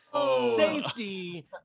Safety